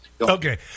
Okay